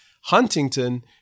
Huntington